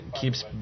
keeps